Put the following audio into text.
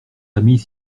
amis